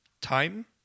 time